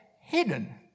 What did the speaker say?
hidden